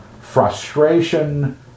frustration